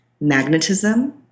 magnetism